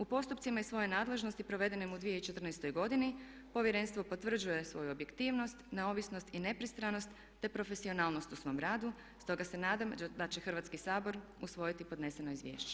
U postupcima iz svoje nadležnosti provedenim u 2014. godini povjerenstvo potvrđuje svoju objektivnost, neovisnost i nepristranost te profesionalnost u svom radu stoga se nadam da će Hrvatski sabor usvojiti podneseno izvješće.